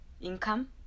income